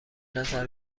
نظر